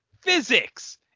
physics